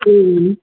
ꯎꯝ